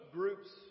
groups